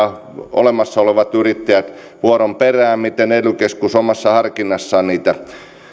olemassa olevat yrittäjät vuoron perään miten ely keskus omassa harkinnassaan niitä